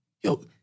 yo